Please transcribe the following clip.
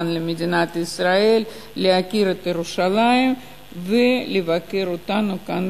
למדינת ישראל להכיר את ירושלים ולבקר אותנו כאן,